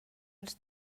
els